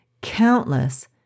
countless